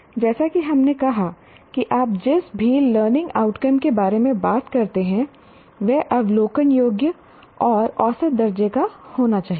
जैसा कि हमने कहा कि आप जिस भी लर्निंग आउटकम के बारे में बात करते हैं वह अवलोकन योग्य और औसत दर्जे का होना चाहिए